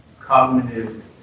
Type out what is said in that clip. cognitive